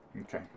Okay